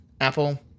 apple